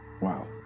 Wow